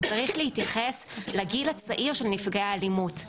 צריך להתייחס לגיל הצעיר של נפגעי האלימות.